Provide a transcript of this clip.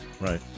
Right